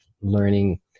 learning